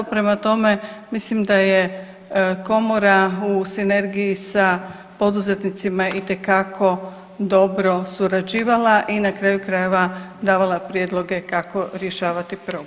Prema tome, mislim da je Komora u sinergiji sa poduzetnicima itekako dobro surađivala i na kraju krajeva davala prijedloge kako rješavati problem.